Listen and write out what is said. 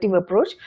approach